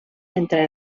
entre